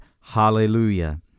hallelujah